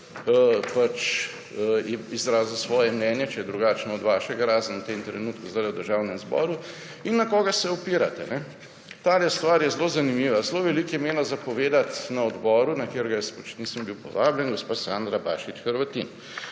izrazil svoje mnenje, če je drugačno od vašega, razen v tem trenutku zdaj v državnem zboru. In na koga se opirate? Tale stvar je zelo zanimiva. Zelo veliko je imela za povedati na odboru, na katerega jaz pač nisem bil povabljen, gospa Sandra Bašić Hrvatin.